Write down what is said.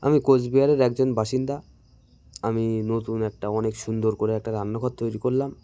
আমি কোচবিহারের একজন বাসিন্দা আমি নতুন একটা অনেক সুন্দর করে একটা রান্নাঘর তৈরি করলাম